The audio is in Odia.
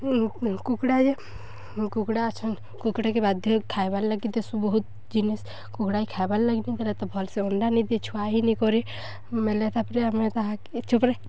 କୁକ୍ଡ଼ା ଯେ କୁକ୍ଡ଼ା ଅଛନ୍ କୁକ୍ଡ଼ାକେ ବାଧ୍ୟ ଖାଏବାର୍ ଲାଗି ଦେସୁଁ ବହୁତ୍ ଜିନିଷ୍ କୁକ୍ଡ଼ା ଖାଏବାର୍ ଲାଗି ନିଦେଲେ ତ ଭଲ୍ସେ ଅଣ୍ଡା ନିଦିଏ ଛୁଆ ହିଁ ନିକରେ ବେଲେ ତା'ପରେ ଆମେ ତାହାକେ ଏ ଚୁପ୍ ପଡ୍ ରେ